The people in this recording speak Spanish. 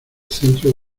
centro